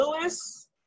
Lewis